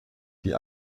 die